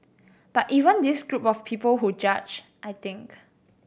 but even this group of people who judge I think